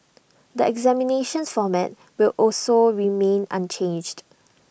the examinations format will also remain unchanged